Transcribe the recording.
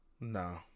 No